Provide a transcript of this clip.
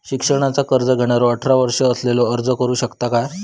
शिक्षणाचा कर्ज घेणारो अठरा वर्ष असलेलो अर्ज करू शकता काय?